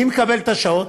מי מקבל את השעות?